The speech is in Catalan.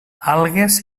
algues